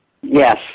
Yes